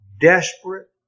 desperate